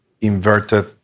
inverted